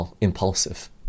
impulsive